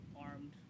armed